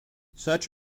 such